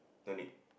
don't need